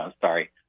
Sorry